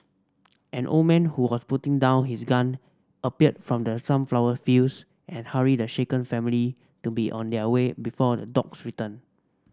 an old man who was putting down his gun appeared from the sunflower fields and hurried the shaken family to be on their way before the dogs return